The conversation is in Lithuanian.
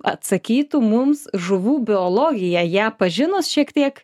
atsakytų mums žuvų biologiją ją pažinus šiek tiek